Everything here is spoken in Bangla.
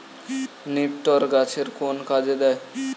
নিপটর গাছের কোন কাজে দেয়?